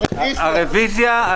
רביזיה.